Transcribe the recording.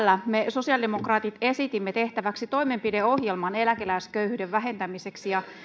sosiaalidemokraatit esitimme tehtäväksi toimenpideohjelman eläkeläisköyhyyden vähentämiseksi ja